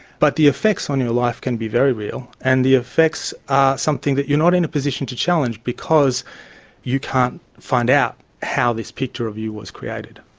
but the effects on your life can be very real and the effects are something that you are not in a position to challenge because you can't find out how this picture of you was created.